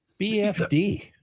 BFD